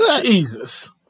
Jesus